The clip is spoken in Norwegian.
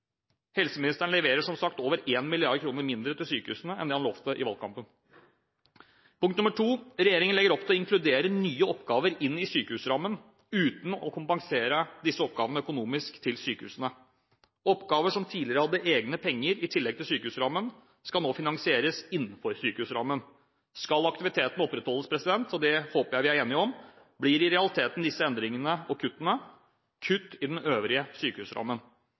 Helseministeren leverer som sagt over 1 mrd. kr mindre til sykehusene enn det han lovet i valgkampen. Punkt nr. 2: Regjeringen legger opp til å inkludere nye oppgaver inn i sykehusrammen uten økonomisk kompensasjon til sykehusene. Oppgaver som tidligere hadde egne penger i tillegg til sykehusrammen, skal nå finansieres innenfor sykehusrammen. Skal aktiviteten opprettholdes – og det håper jeg vi er enige om – blir i realiteten disse endringene og kutt i den øvrige sykehusrammen.